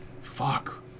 Fuck